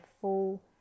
full